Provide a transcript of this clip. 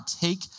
take